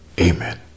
Amen